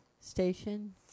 station